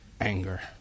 anger